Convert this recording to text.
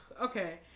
okay